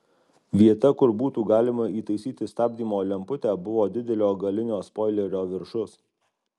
vieta kur būtų galima įtaisyti stabdymo lemputę buvo didelio galinio spoilerio viršus